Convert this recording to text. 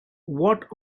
what